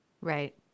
Right